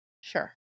Sure